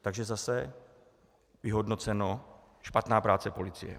Takže zase vyhodnoceno: špatná práce policie.